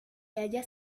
haya